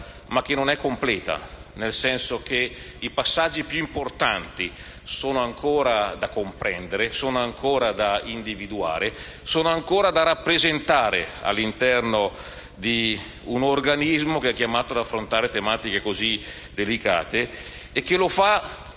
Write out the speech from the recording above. ma che non è completa: i passaggi più importanti sono ancora da comprendere, da individuare e rappresentare all'interno di un organismo che è chiamato ad affrontare tematiche così delicate e che lo fa